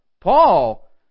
Paul